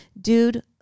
Dude